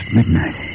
midnight